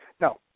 No